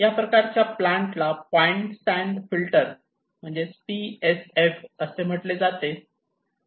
या प्रकारच्या प्लांट ला point sand filter P S F असे म्हटले जाते